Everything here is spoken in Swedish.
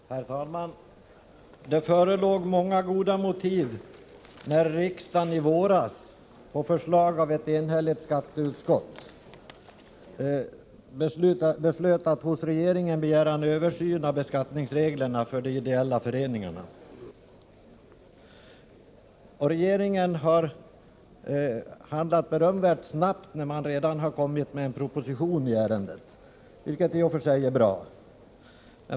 Herr talman! Det förelåg många goda motiv när riksdagen i våras på förslag av ett enhälligt skatteutskott beslöt att hos regeringen begära en översyn av beskattningsreglerna för de ideella föreningarna. Regeringen har handlat berömvärt snabbt när man redan kommit med en proposition i ärendet. Detta är alltså i och för sig bra.